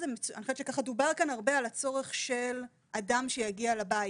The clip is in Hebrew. דובר כאן הרבה על הצורך של אדם שיגיע לבית.